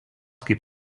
kaip